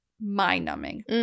mind-numbing